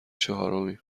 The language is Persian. چهارمیم